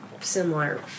similar